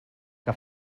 que